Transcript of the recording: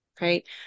right